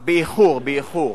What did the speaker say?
באיחור, באיחור.